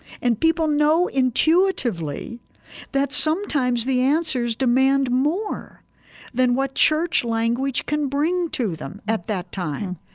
and people know intuitively that sometimes the answers demand more than what church language can bring to them at that time.